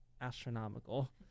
astronomical